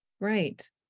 right